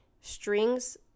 strings